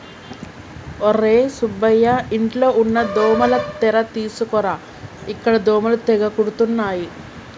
ఒర్రే సుబ్బయ్య ఇంట్లో ఉన్న దోమల తెర తీసుకురా ఇక్కడ దోమలు తెగ కుడుతున్నాయి